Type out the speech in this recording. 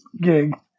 gig